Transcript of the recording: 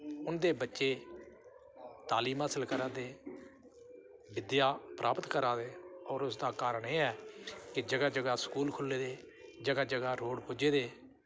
उं'दे बच्चे तालीम हासल करा दे विद्या प्राप्त करा दे होर उस दा कारण एह् ऐ के जगह् जगह् स्कूल खु'ल्ले दे जगह् जगह् रोड़ पुज्जे दे